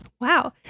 Wow